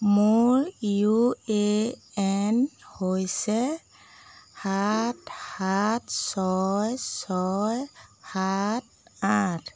মোৰ U A N হৈছে সাত সাত ছয় ছয় সাত আঠ